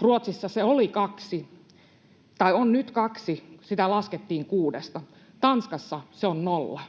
Ruotsissa se on nyt kaksi. Sitä laskettiin kuudesta. Tanskassa se on nolla.